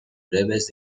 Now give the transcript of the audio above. breves